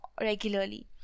regularly